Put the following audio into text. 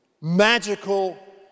magical